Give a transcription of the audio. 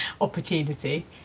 opportunity